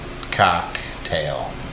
Cocktail